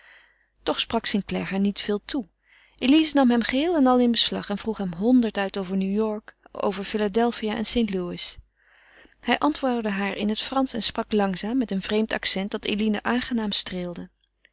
toch sprak st clare haar niet veel toe elize nam hem geheel en al in beslag en vroeg hem honderd uit over new-york over philadelphia en saint louis hij antwoordde haar in het fransch en sprak langzaam met een vreemd accent dat eline aangenaam streelde